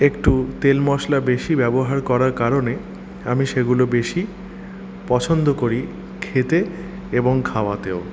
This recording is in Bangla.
একটু তেল মশলা বেশি ব্যবহার করার কারণে আমি সেগুলো বেশি পছন্দ করি খেতে এবং খাওয়াতেও